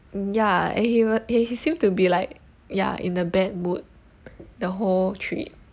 ya and he will and he seemed to be like ya in a bad mood the whole trip